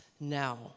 now